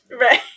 right